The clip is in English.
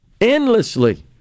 endlessly